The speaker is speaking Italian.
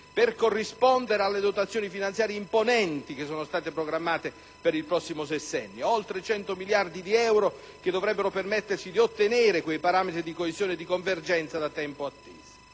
per corrispondere alle dotazioni finanziarie imponenti, programmate per il prossimo sessennio, oltre 100 miliardi di euro, che dovrebbero permetterci di ottenere quei parametri di coesione e di convergenza da tempo attesi.